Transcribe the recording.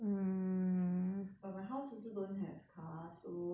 but my house also don't have car so